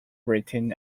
written